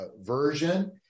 version